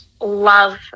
love